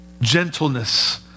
Gentleness